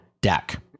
deck